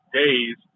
days